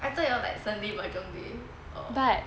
I though you all like sunday mahjong day or